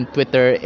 Twitter